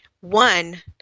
One